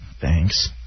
Thanks